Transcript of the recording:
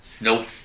Nope